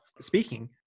speaking